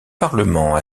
parlement